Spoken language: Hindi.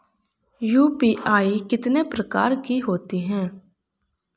यू.पी.आई कितने प्रकार की होती हैं?